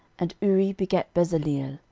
and uri begat bezaleel.